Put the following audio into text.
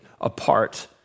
apart